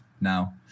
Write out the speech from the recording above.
now